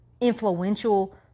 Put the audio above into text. influential